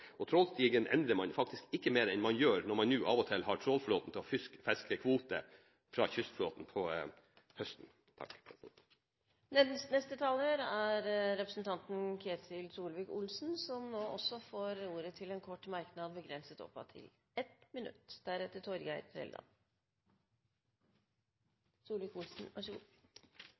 og trålstigen endrer man faktisk ikke mer enn man gjør når man nå av og til har trålflåten til å fiske fiskekvote fra kystflåten om høsten. Ketil Solvik-Olsen har hatt ordet to ganger og får ordet til en kort merknad, begrenset til 1 minutt.